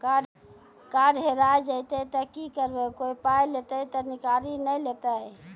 Card हेरा जइतै तऽ की करवै, कोय पाय तऽ निकालि नै लेतै?